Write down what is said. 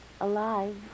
Alive